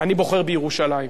אני בוחר בירושלים.